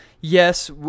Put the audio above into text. yes